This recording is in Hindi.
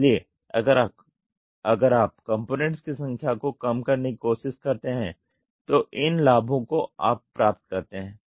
इसलिए अगर आप कंपोनेंट्स की संख्या को कम करने की कोशिश करते हैं तो इन लाभों को आप प्राप्त करते हैं